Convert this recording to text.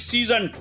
Season